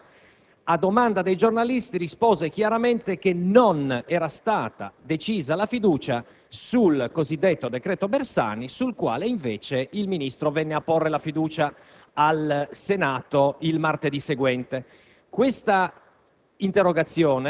Enrico Letta, a domanda dei giornalisti, rispose chiaramente che non era stato deciso di porre la questione di fiducia sul cosiddetto decreto Bersani, sul quale, invece, il Ministro venne a porla, al Senato, il martedì seguente.